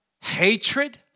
hatred